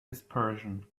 dispersion